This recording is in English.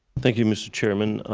thank you, mr. chairman.